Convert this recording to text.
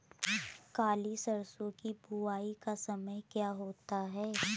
काली सरसो की बुवाई का समय क्या होता है?